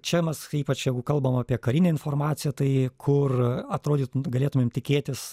čia mes ypač jeigu kalbam apie karinę informaciją tai kur atrodytų galėtumėm tikėtis